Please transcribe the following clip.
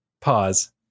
pause